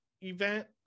event